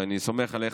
ואני סומך עליך,